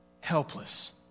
helpless